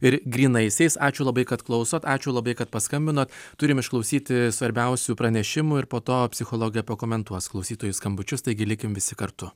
ir grynaisiais ačiū labai kad klausot ačiū labai kad paskambinot turim išklausyti svarbiausių pranešimų ir po to psichologė pakomentuos klausytojų skambučius taigi likim visi kartu